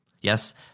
Yes